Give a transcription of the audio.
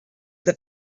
that